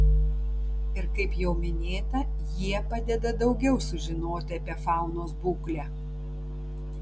ir kaip jau minėta jie padeda daugiau sužinoti apie faunos būklę